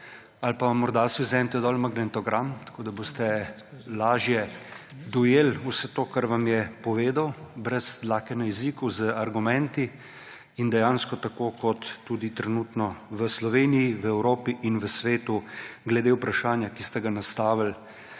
ali pa morda si vzemite dol magnetogram, tako da boste lažje dojeli vse to, kar var vam je povedal brez dlake na jeziku, z argumenti in dejansko tako kot tudi trenutno v Sloveniji, v Evropi in v svetu glede vprašanja, ki ste ga nastavili